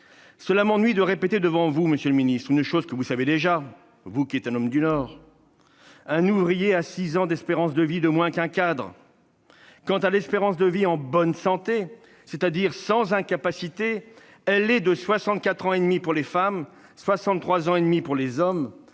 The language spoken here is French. Cela m'ennuie de répéter devant vous, monsieur le secrétaire d'État, une chose que vous savez déjà, vous qui êtes un homme du Nord : un ouvrier a six ans d'espérance de vie de moins qu'un cadre. Quant à l'espérance de vie en bonne santé, c'est-à-dire sans incapacité, elle est de 64,5 ans pour les femmes et de 63,5 ans pour les hommes